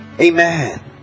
Amen